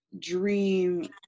dream